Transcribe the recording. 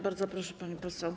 Bardzo proszę, pani poseł.